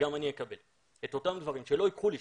שלא ייקחו לי,